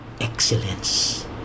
excellence